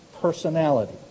personality